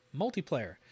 multiplayer